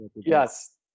Yes